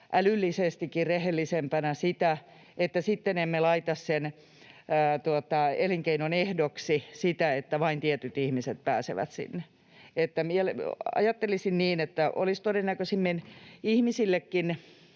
älyllisestikin rehellisempänä sitä, että sitten emme laita sen elinkeinon ehdoksi sitä, että vain tietyt ihmiset pääsevät sinne. Ajattelisin niin, että olisi todennäköisimmin ihmisillekin